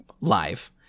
live